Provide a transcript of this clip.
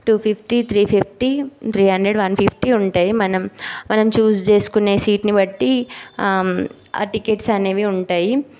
two fifty three fifty three hundred one fifty ఉంటాయి మనం మనం చూజ్ చేసుకునే సీట్ని బట్టి ఆ టికెట్స్ అనేవి ఉంటాయి